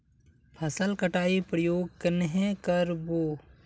फसल कटाई प्रयोग कन्हे कर बो?